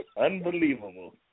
unbelievable